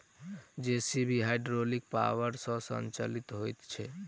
JCB hydraulic power सॅ संचालित होइत छै